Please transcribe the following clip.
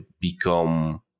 become